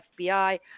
FBI